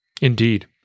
Indeed